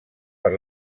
per